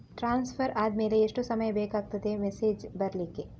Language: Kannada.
ಟ್ರಾನ್ಸ್ಫರ್ ಆದ್ಮೇಲೆ ಎಷ್ಟು ಸಮಯ ಬೇಕಾಗುತ್ತದೆ ಮೆಸೇಜ್ ಬರ್ಲಿಕ್ಕೆ?